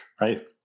Right